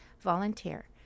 volunteer